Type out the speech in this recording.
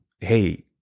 Hey